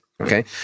Okay